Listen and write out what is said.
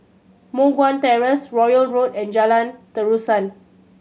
Moh Guan Terrace Royal Road and Jalan Terusan